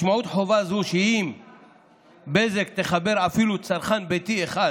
משמעות חובה זו היא שאם בזק תחבר אפילו צרכן ביתי אחד